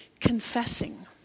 confessing